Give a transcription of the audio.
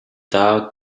tard